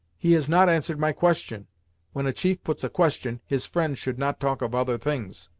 he has not answered my question when a chief puts a question, his friend should not talk of other things.